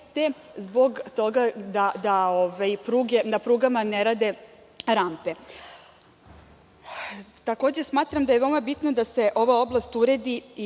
te zbog toga da na prugama ne rade rampe. Takođe smatram da je veoma bitno da se ova oblast uredi